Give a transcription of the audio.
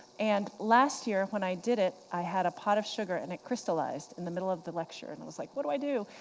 and last year when i did it, i had a pot of sugar and it crystallized in the middle of the lecture, and i was like, what do i do?